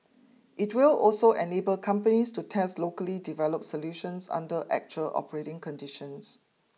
it will also enable companies to test locally developed solutions under actual operating conditions